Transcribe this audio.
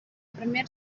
premier